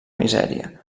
misèria